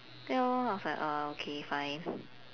then I was like uh okay fine